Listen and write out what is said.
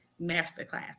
Masterclass